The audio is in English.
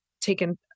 taken